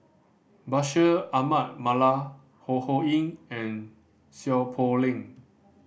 Bashir Ahmad Mallal Ho Ho Ying and Seow Poh Leng